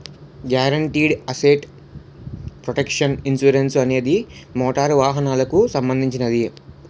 guaranteed asset protection insurance అనేది motor వాహనాలకు సంబంధించినది